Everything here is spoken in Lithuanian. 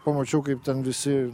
pamačiau kaip ten visi